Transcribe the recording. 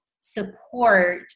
support